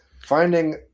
finding